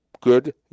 good